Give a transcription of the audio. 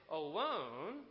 alone